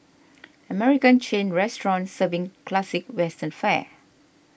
American chain restaurant serving classic western fare